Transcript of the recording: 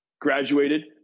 Graduated